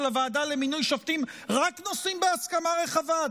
הוועדה למינוי שופטים רק נושאים בהסכמה רחבה,